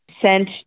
sent